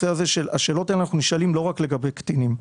השאלות האלו נשאלות לא רק לגבי קטינים.